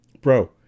bro